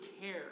care